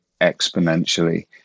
exponentially